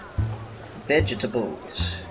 vegetables